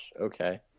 Okay